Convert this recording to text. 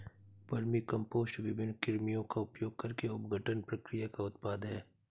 vermicompost विभिन्न कृमियों का उपयोग करके अपघटन प्रक्रिया का उत्पाद है